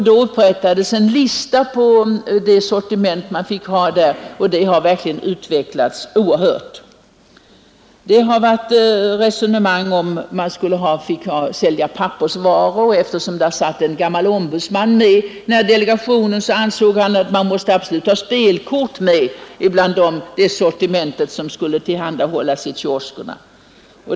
Det upprättades en lista på det sortiment som kioskerna fick ha, och det har utvecklats oerhört. Det har varit resonemang om huruvida man fick sälja pappersvaror. Det satt en gammal ombudsman i delegationen som ansåg att man absolut måste ha spelkort i det sortiment som skulle tillhandahållas i kioskerna.